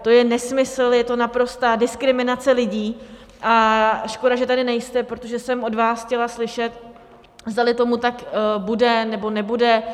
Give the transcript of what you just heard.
To je nesmysl, je to naprostá diskriminace lidí, a škoda, že tady nejste, protože jsem od vás chtěla slyšet, zdali tomu tak bude, nebo nebude.